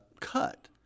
cut